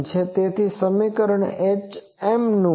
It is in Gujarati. તેથી આ સમીકરણ hmનુ છે